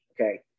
okay